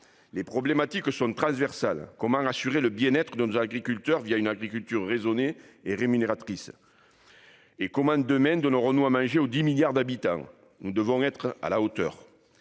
Les problématiques sont transversales : comment assurer le bien-être de nos agriculteurs une agriculture raisonnée et rémunératrice ? Et comment, demain, donnerons-nous à manger aux 10 milliards d'habitants de la planète ? Nous devons être à la hauteur.